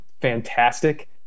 fantastic